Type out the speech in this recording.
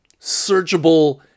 searchable